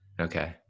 Okay